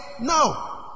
No